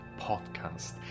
Podcast